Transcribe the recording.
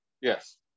yes